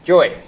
Joy